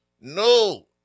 no